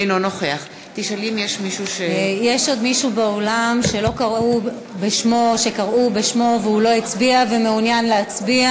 אינו נוכח יש עוד מישהו שקראו בשמו ולא הצביע ומעוניין להצביע?